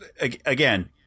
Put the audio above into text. Again